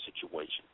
situation